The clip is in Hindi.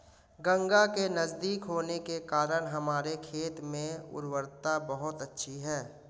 गंगा के नजदीक होने के कारण हमारे खेत में उर्वरता बहुत अच्छी है